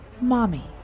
Mommy